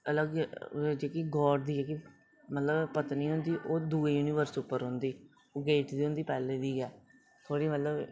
अलग गाड दी जेहकी पत्नी होंदी ओह् दुऽ यूनीबर्स उप्पर रौहदी ओह् गेई उठी दी होंदी पैहलें दी गै थोह्ड़ी मतलब